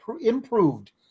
improved